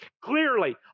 clearly